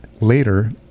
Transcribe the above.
later